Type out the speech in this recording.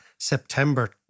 September